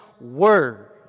Word